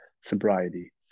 sobriety